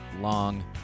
long